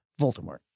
Voldemort